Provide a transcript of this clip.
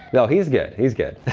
no, he's good. he's good.